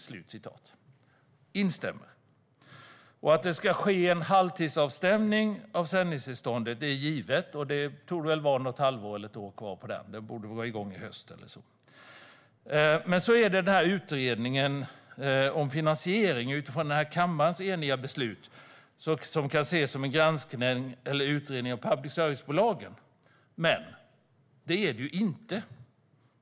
Jag instämmer i det. Att det ska ske en halvtidsavstämning av sändningstillståndet är givet. Det torde väl vara ett halvår eller ett år kvar, så det borde vara igång i höst eller så. Men sedan har vi utredningen om finansieringen, utifrån den här kammarens eniga beslut. Den kan ses som en granskning eller utredning av public service-bolagen. Men det är det ju inte.